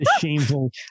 Shameful